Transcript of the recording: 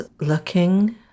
looking